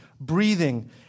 breathing